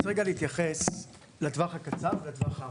אני רוצה להתייחס לטווח הקצר ולטווח הארוך.